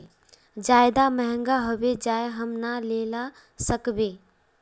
ज्यादा महंगा होबे जाए हम ना लेला सकेबे?